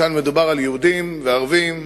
כאן מדובר על יהודים וערבים,